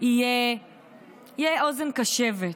תהיה אוזן קשבת,